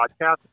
podcast